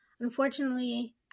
Unfortunately